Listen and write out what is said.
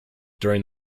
during